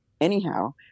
anyhow